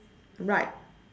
right